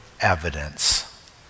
evidence